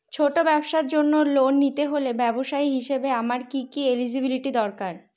ছোট ব্যবসার জন্য লোন নিতে হলে ব্যবসায়ী হিসেবে আমার কি কি এলিজিবিলিটি চাই?